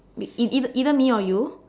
eit~ either either me or you